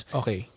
okay